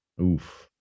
Oof